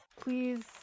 please